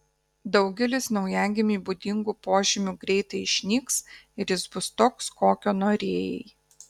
daugelis naujagimiui būdingų požymių greitai išnyks ir jis bus toks kokio norėjai